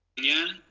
you.